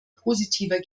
positiver